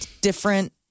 different